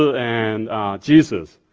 and jesus.